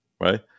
right